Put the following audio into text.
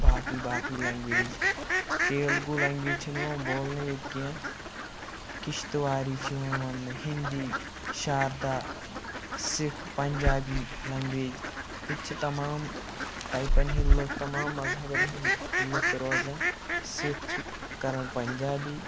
باقٕے باقٕے language Telugu language چھنہٕ یِوان بولنہٕ ییٚتہِ کینٛہہ کِشتواری چھِ یِوان وَننہٕ ہِندی شاردا سِکھ پنٛجابی لینٛگویج ییٚتہِ چھِ تمام ٹایپَن ہِںٛدۍ لُکھ تمام مذہَبَن ہِنٛدۍ لُکھ روزان سِکھ چھِ کَران پنٛجابی